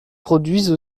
produisent